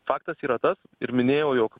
faktas yra tas ir minėjau jau